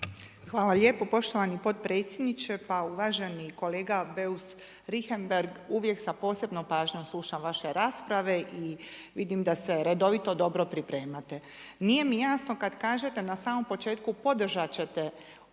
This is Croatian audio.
Hvala lijepo poštovani potpredsjedniče. Pa uvaženi kolega Beus-Richembergh, uvijek sa posebnom pažnjom slušam vaše rasprave i vidim da se redovito dobro pripremate. Nije mi jasno kada kažete na samom početku, podržati ćete